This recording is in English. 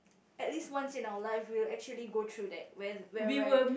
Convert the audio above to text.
at least once in our life we will actually go through that when where where